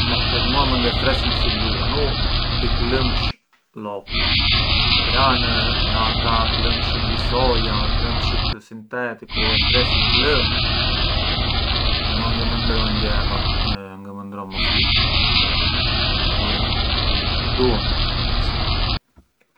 Ma për mua mënd e thërresjën si duan u pi klëmsh lopje, pran na klëmshit di soia, klëmshit sinteticu e thërresjën klëmsh, mua ngë më ndërron gjë, ngë më ndërron mosgjë.